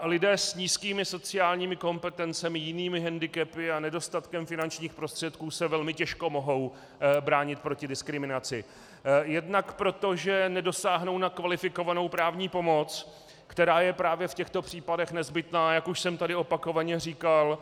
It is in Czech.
Lidé s nízkými sociálními kompetencemi, jinými hendikepy a nedostatkem finančních prostředků se velmi těžko mohou bránit proti diskriminaci, jednak proto, že nedosáhnou na kvalifikovanou právní pomoc, která je právě v těchto případech nezbytná, jak už jsem tady opakovaně říkal.